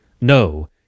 No